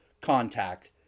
contact